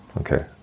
Okay